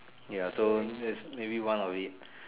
ya so just maybe one of it